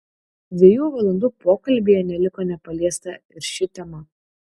dviejų valandų pokalbyje neliko nepaliesta ir ši tema